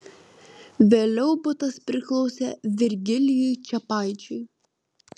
vėliau butas priklausė virgilijui čepaičiui